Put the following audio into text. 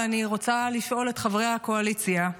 ואני רוצה לשאול את חברי הקואליציה: